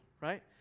right